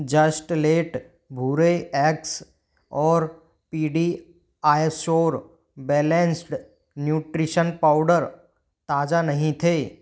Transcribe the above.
just let भूरे eggs और PediaSure balanced nutrition powder ताज़ा नहीं थे